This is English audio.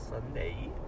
Sunday